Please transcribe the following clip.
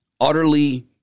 utterly